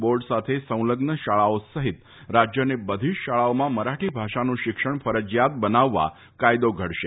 board સાથે સંલઝ્ન શાળાઓ સફિત રાજ્યની બધી જ શાળાઓમાં મરાઠી ભાષાનું શિક્ષણ ફરજીયાત બનાવવા કાયદો ઘડશે